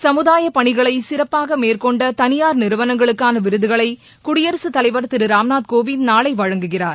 சமுதாயப் பணிகளை சிறப்பாக மேற்கொண்ட தனியார் நிறுவனங்களுக்கான விருதுகளை குடியரசுத் தலைவர் திரு ராம்நாத் கோவிந்த் நாளை வழங்குகிறார்